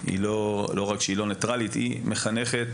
לא רק שהיא לא ניטרלית; היא מחנכת